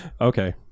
Okay